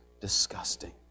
disgusting